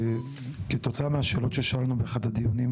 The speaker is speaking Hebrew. כתוצאה מהשאלות ששאלנו באחד מהדיונים,